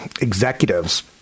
executives